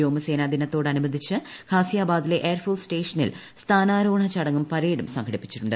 വ്യോമസേനാ ദിനത്തോട് അനുബന്ധിച്ച് ഖാസിയാബാദിലെ എയർഫോഴ്സ് സ്റ്റേഷനിൽ സ്ഥാനാരോഹണ ചടങ്ങും പരേഡും സംഘടിപ്പിച്ചിട്ടുണ്ട്